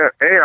Hey